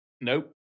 Nope